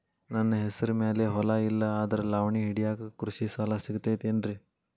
ನನ್ನ ಹೆಸರು ಮ್ಯಾಲೆ ಹೊಲಾ ಇಲ್ಲ ಆದ್ರ ಲಾವಣಿ ಹಿಡಿಯಾಕ್ ಕೃಷಿ ಸಾಲಾ ಸಿಗತೈತಿ ಏನ್ರಿ?